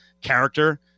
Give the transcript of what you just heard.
character